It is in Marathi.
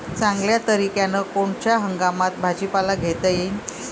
चांगल्या तरीक्यानं कोनच्या हंगामात भाजीपाला घेता येईन?